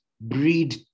breed